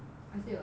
I sleep a lot eh